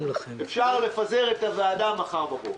אפשר לפזר את הוועדה מחר בבוקר.